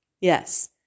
Yes